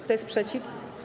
Kto jest przeciw?